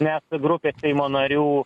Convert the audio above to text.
nes grupė seimo narių